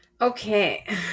Okay